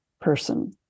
person